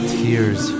tears